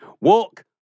Walk